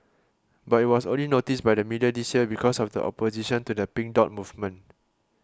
but it was only noticed by the media this year because of the opposition to the Pink Dot movement